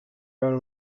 برای